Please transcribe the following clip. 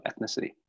ethnicity